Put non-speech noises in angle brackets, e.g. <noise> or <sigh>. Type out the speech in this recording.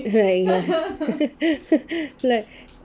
<laughs> like